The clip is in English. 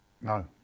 No